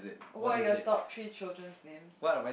what are your top three children names